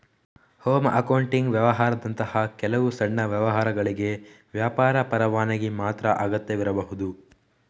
home accounting ವ್ಯವಹಾರದಂತಹ ಕೆಲವು ಸಣ್ಣ ವ್ಯವಹಾರಗಳಿಗೆ ವ್ಯಾಪಾರ ಪರವಾನಗಿ ಮಾತ್ರ ಅಗತ್ಯವಿರಬಹುದು